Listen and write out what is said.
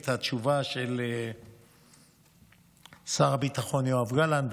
את התשובה של שר הביטחון יואב גלנט,